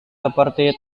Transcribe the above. seperti